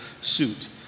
suit